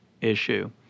issue